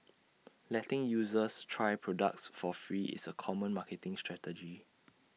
letting users try products for free is A common marketing strategy